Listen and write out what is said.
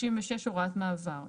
36. הוראת מעבר.